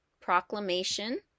Proclamation